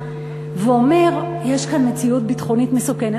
ואומר: יש כאן מציאות ביטחונית מסוכנת.